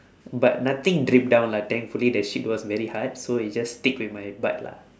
but nothing drip down lah thankfully the shit was very hard so it just stick with my butt lah